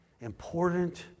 important